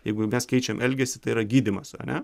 jeigu mes keičiam elgesį tai yra gydymas ane